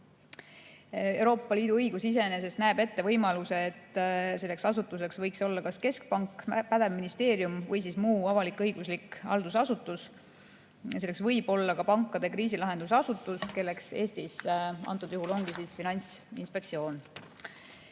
Euroopa Liidu õigus iseenesest näeb ette võimaluse, et selleks asutuseks võiks olla kas keskpank, pädev ministeerium või muu avalik-õiguslik haldusasutus. Selleks võib olla ka pankade kriisilahendusasutus, kelleks Eestis antud juhul ongi Finantsinspektsioon.